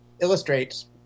illustrates